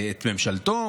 ממשלתו,